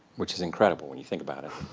which is incredible, when you think about it.